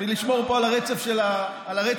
בשביל לשמור על הרצף של הדברים,